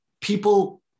people